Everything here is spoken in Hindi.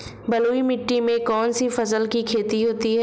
बलुई मिट्टी में कौनसी फसल की खेती होती है?